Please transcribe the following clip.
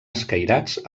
escairats